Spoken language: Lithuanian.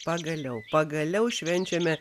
pagaliau pagaliau švenčiame